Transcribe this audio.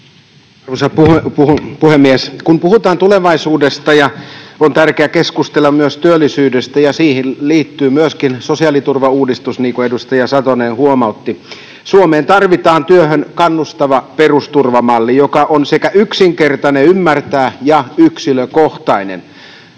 Arvoisa puhemies! Kun puhutaan tulevaisuudesta, on tärkeää keskustella myös työllisyydestä, ja siihen liittyy myöskin sosiaaliturvauudistus, niin kuin edustaja Satonen huomautti. Suomeen tarvitaan työhön kannustava perusturvamalli, joka on sekä yksinkertainen ymmärtää että yksilökohtainen.